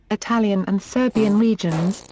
italian and serbian regions,